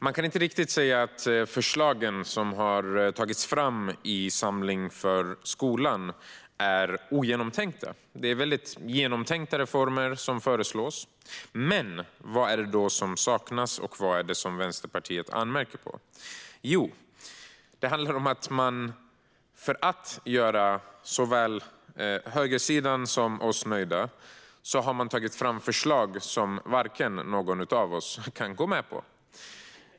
Man kan inte riktigt säga att de förslag som har tagits fram i Samling för skolan är ogenomtänkta. Det är mycket genomtänkta reformer som föreslås. Men vad är det då som saknas och som Vänsterpartiet anmärker på? Jo, det handlar om att man för att göra såväl högersidan som oss nöjda har tagit fram förslag som ingen av oss kan gå med på.